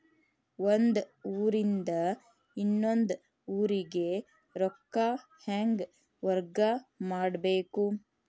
ಒಂದ್ ಊರಿಂದ ಇನ್ನೊಂದ ಊರಿಗೆ ರೊಕ್ಕಾ ಹೆಂಗ್ ವರ್ಗಾ ಮಾಡ್ಬೇಕು?